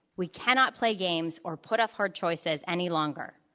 we cannot play games or put off hard choices any longer.